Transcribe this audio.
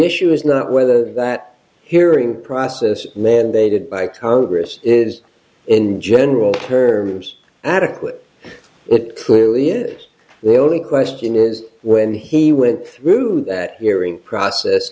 issue is not whether that hearing process then they did by congress is in general terms adequate it clearly is the only question is when he went through that hearing process